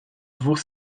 dwóch